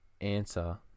answer